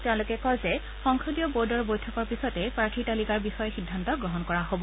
তেওঁলোকে কয় যে সংসদীয় বৰ্ডৰ বৈঠকত পিছতেই প্ৰাৰ্থী তালিকাৰ বিষয়ে সিদ্ধান্ত গ্ৰহণ কৰা হব